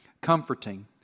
comforting